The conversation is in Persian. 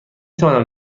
توانم